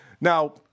Now